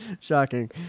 Shocking